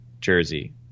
Jersey